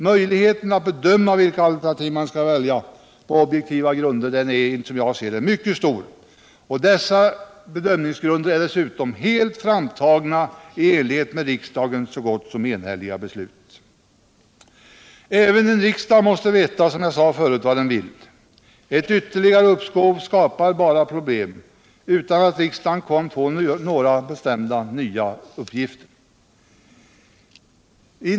Möjligheten att bedöma vilket alternativ man skall välja på objektiva grunder är i dag, som jag ser det, mycket stor, och dessa bedömningsgrunder är helt framtagna i enlighet med riksdagens så gott som enhälliga beslut. Som jag sade tidigare måste även en riksdag veta vad den vill. Ett ytterligare uppskov skapar bara problem utan att riksdagen kan få några bestämda nya uppgifter.